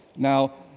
now,